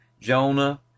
Jonah